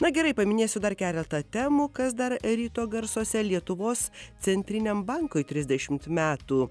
na gerai paminėsiu dar keletą temų kas dar ryto garsuose lietuvos centriniam bankui trisdešimt metų